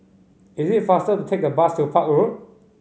it is faster to take the bus to Park Road